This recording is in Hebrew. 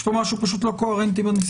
יש פה פשוט משהו לא קוהרנטי בניסוח,